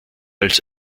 als